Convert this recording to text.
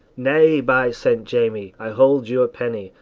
nay, by saint jamy, i hold you a penny,